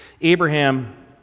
Abraham